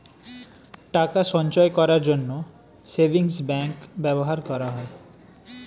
টাকা সঞ্চয় করার জন্য সেভিংস ব্যাংক ব্যবহার করা হয়